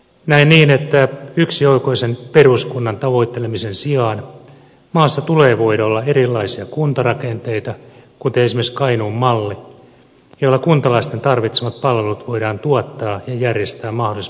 näen niin että yksioikoisen peruskunnan tavoittelemisen sijaan maassa tulee voida olla erilaisia kuntarakenteita kuten esimerkiksi kainuun malli jolla kuntalaisten tarvitsemat palvelut voidaan tuottaa ja järjestää mahdollisimman tehokkaasti